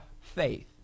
faith